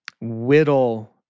whittle